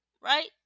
right